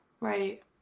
Right